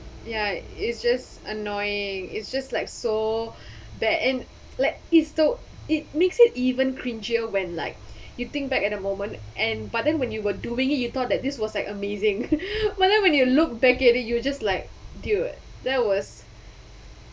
ya it's just annoying it's just like so bad and like it's though it makes it even cringier when like you think back at the moment and but then when you were doing it you thought that this was like amazing but when you look back at it you just like dude that was